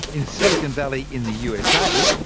in silicon valley in the usa,